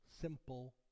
simple